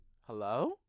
hello